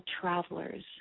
travelers